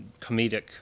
comedic